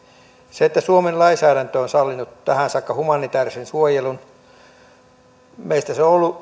se että suomen lainsäädäntö on sallinut tähän saakka humanitäärisen suojelun on ollut meistä